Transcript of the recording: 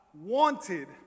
wanted